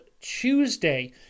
Tuesday